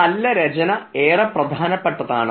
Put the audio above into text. ഒരു നല്ല രചന ഏറെ പ്രധാനപ്പെട്ടതാണ്